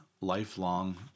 lifelong